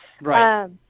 right